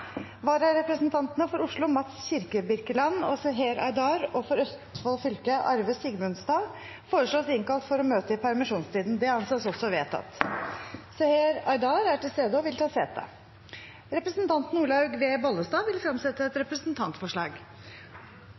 for å møte i permisjonstiden: For Oslo: Mads Kirkebirkeland og Seher Aydar For Østfold fylke: Arve Sigmundstad Seher Aydar er til stede og vil ta sete. Representanten Olaug V. Bollestad vil fremsette et representantforslag.